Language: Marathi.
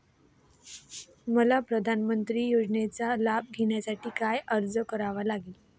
मला प्रधानमंत्री योजनेचा लाभ घेण्यासाठी काय अर्ज करावा लागेल?